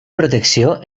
protecció